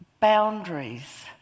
boundaries